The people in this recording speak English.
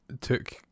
took